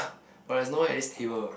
but there's no one at this table